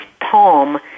palm